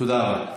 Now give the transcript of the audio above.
תודה רבה.